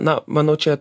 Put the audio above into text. na manau čia